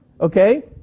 okay